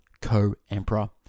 Co-Emperor